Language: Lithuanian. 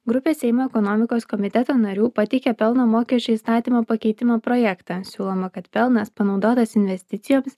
grupė seimo ekonomikos komiteto narių pateikė pelno mokesčio įstatymo pakeitimo projektą siūloma kad pelnas panaudotas investicijoms